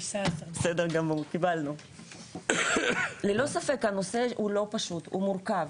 ללא ספק הנושא הוא לא פשוט הוא מורכב,